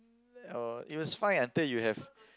uh it was fine until you have